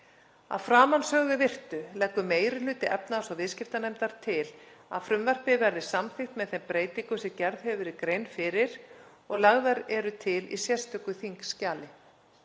Að framansögðu virtu leggur meiri hluti efnahags- og viðskiptanefndar til að frumvarpið verði samþykkt með þeim breytingum sem gerð hefur verið grein fyrir og lagðar eru til í sérstöku þingskjali.